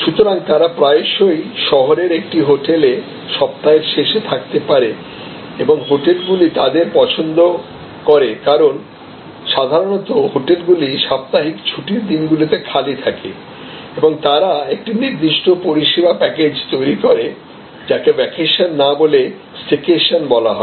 সুতরাংতারা প্রায়শই শহরের একটি হোটেলে সপ্তাহের শেষে থাকতে পারে এবং হোটেলগুলি তাদের পছন্দ করে কারণ সাধারণত হোটেলগুলি সাপ্তাহিক ছুটির দিনগুলিতে খালি থাকে এবং তারা একটি নির্দিষ্ট পরিষেবা প্যাকেজ তৈরি করে যাকে ভ্যাকেশন না বলে স্টেকেশন বলা হয়